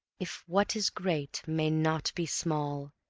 if what is great may not be small,